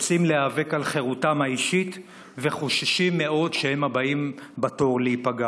יוצאים להיאבק על חירותם האישית וחוששים מאוד שהם הבאים בתור להיפגע.